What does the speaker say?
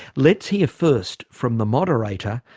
let's hear first from the moderator,